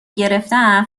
گرفتم